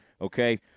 Okay